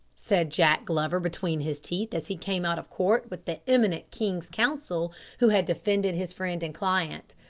said jack glover between his teeth, as he came out of court with the eminent king's counsel who had defended his friend and client,